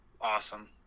awesome